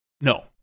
No